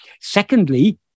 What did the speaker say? Secondly